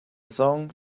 song